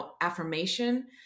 affirmation